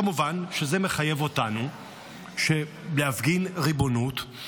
כמובן שזה מחייב אותנו להפגין ריבונות.